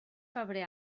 febrer